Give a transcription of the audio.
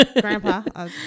grandpa